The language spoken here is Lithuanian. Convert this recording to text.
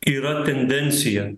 yra tendencija